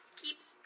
keeps